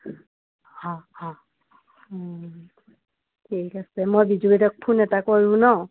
অঁ অঁ ঠিক আছে মই বিজু বাইদেউক ফোন এটা কৰোঁ ন